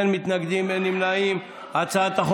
(הסדרי עבודה גמישים להורה עצמאי),